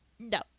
No